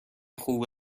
خوب